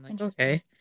okay